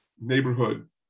neighborhood